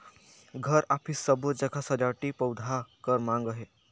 घर, अफिस सबो जघा सजावटी पउधा कर माँग अहे